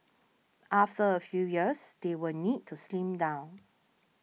after a few years they will need to slim down